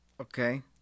Okay